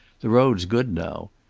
the road's good now.